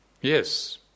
yes